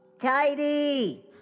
Tidy